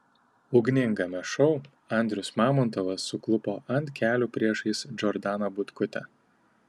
ugningame šou andrius mamontovas suklupo ant kelių priešais džordaną butkutę